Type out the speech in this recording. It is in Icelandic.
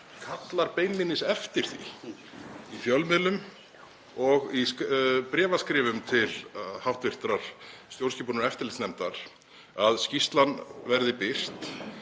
kallar beinlínis eftir því í fjölmiðlum og í bréfaskrifum til hv. stjórnskipunar- og eftirlitsnefndar að skýrslan verði birt